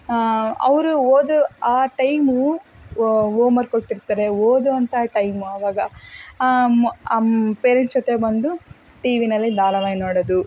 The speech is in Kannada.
ಅವರು ಓದೋ ಆ ಟೈಮು ಹೋಮ್ವರ್ಕ್ ಕೊಟ್ಟಿರ್ತಾರೆ ಓದುವಂತಹ ಟೈಮು ಆವಾಗ ಪೇರೆಂಟ್ಸ್ ಜೊತೆ ಬಂದು ಟಿವಿಯಲ್ಲಿ ಧಾರವಾಹಿ ನೋಡೋದು